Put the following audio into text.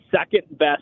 second-best